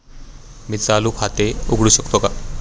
मी चालू खाते उघडू शकतो का?